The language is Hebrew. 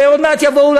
ועוד מעט יבואו,